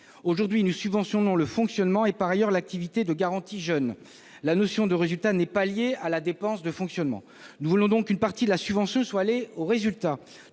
Aujourd'hui, nous subventionnons le fonctionnement et l'activité liés à la garantie jeunes. Or la notion de résultat n'est pas liée à la dépense de fonctionnement. Nous voulons donc qu'une partie de la subvention soit liée au résultat.